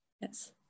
Yes